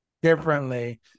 Differently